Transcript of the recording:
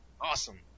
awesome